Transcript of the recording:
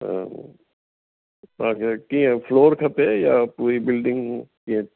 तव्हां खे कीअं फ्लोर खपे या पूरी बिल्डिंग कीअं